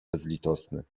bezlitosny